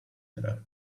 tre